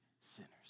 sinners